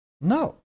No